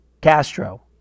Castro